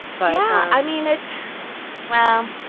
but. yeah, i mean, it's well,